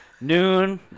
noon